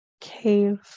cave